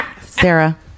Sarah